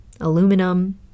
aluminum